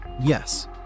Yes